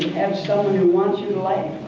have someone who wants you to laugh?